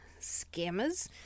scammers